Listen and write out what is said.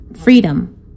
freedom